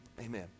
amen